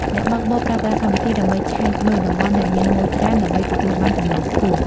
អ្នកបើកបរប្រើប្រាស់កម្មវិធី ដើម្បីឆែកមើលតំបន់ដែលមានម៉ូយច្រើនដើម្បីទទួលបានចំណូលខ្ពស់។